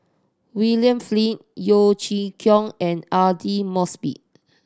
William Flint Yeo Chee Kiong and Aidli Mosbit